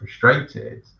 frustrated